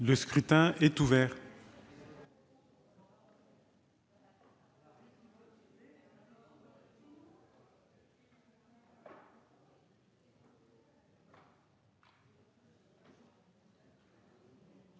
Le scrutin est ouvert.